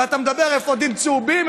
ואתה מדבר על אפודים צהובים,